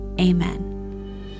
Amen